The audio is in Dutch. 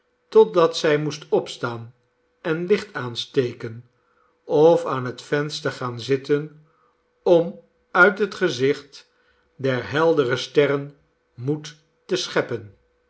totdat zij moest opstaan en licht aansteken of aan het venster gaan zitten om uit het gezicht der heldere sterren moed te scheppen